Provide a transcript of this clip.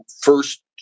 first